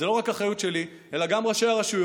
זאת לא רק אחריות שלי אלא גם של ראשי הרשויות,